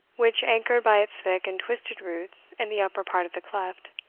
which, anchored by its thick and twisted roots in the upper part of the cleft,